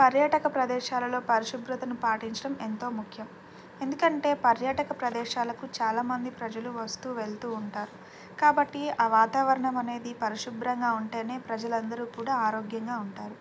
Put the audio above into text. పర్యాటక ప్రదేశాలలో పరిశుభ్రతను పాటించడం ఎంతో ముఖ్యం ఎందుకంటే పర్యాటక ప్రదేశాలకు చాలామంది ప్రజలు వస్తూ వెళ్తూ ఉంటారు కాబట్టి ఆ వాతావరణం అనేది పరిశుభ్రంగా ఉంటేనే ప్రజలందరూ కూడా ఆరోగ్యంగా ఉంటారు